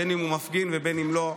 בין שהוא מפגין ובין שלא.